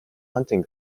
hunting